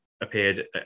appeared